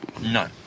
No